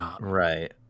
Right